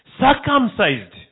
Circumcised